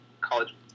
college